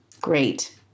Great